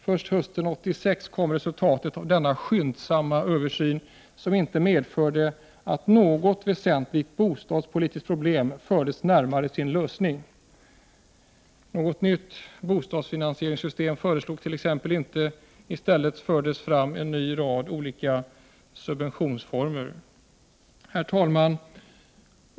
Först hösten 1986 kom resultatet av denna skyndsamma översyn, som inte medförde att något väsentligt bostadspolitiskt problem fördes närmare sin lösning. Något nytt bostadsfinansieringssystem föreslogs t.ex. inte. I stället infördes en rad nya subventioner. Herr talman!